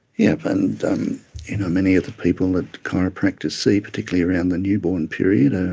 yes, and many of the people that chiropractors see, particularly around the newborn period, ah